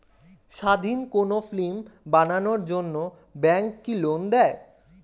স্বাধীন কোনো ফিল্ম বানানোর জন্য ব্যাঙ্ক কি লোন দেয়?